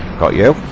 collier